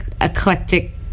eclectic